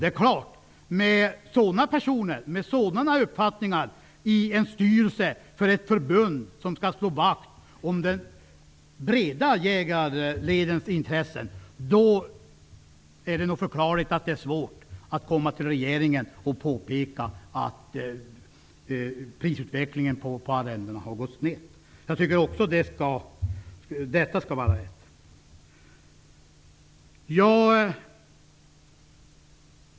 Det är klart att med personer med sådana uppfattningar i en styrelse för ett förbund som skall slå vakt om de breda jägarledens intressen, är det förklarligt att det är svårt att påpeka för regeringen att prisutvecklingen när det gäller arrendena har gått snett.